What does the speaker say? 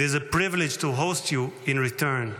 It is a privilege to host you in return.